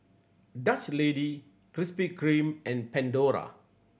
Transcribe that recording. Dutch Lady Krispy Kreme and Pandora